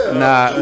nah